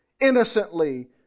innocently